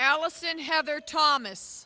allison heather thomas